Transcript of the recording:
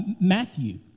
Matthew